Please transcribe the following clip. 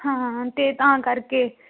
ਹਾਂ ਅਤੇ ਤਾਂ ਕਰਕੇ